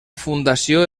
fundació